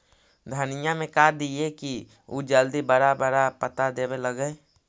धनिया में का दियै कि उ जल्दी बड़ा बड़ा पता देवे लगै?